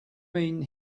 mean